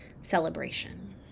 celebration